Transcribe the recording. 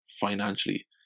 financially